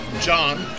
John